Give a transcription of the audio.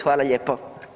Hvala lijepo.